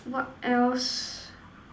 what else